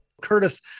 Curtis